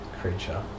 creature